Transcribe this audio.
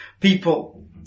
People